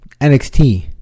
NXT